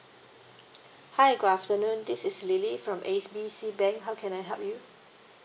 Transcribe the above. hi good afternoon this is lily from A B C bank how can I help you